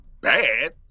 bad